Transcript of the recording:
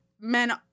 Men